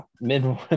mid